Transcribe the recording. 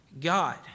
God